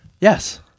Yes